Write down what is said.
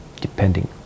depending